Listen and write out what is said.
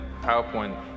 powerpoint